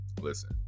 Listen